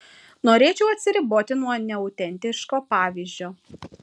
norėčiau atsiriboti nuo neautentiško pavyzdžio